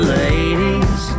ladies